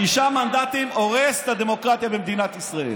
שישה מנדטים הורס את הדמוקרטיה במדינת ישראל.